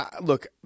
look